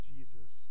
Jesus